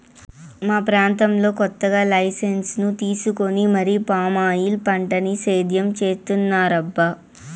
మా ప్రాంతంలో కొత్తగా లైసెన్సు తీసుకొని మరీ పామాయిల్ పంటని సేద్యం చేత్తన్నారబ్బా